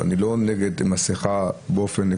ואני לא נגד מסכה באופן עקרוני.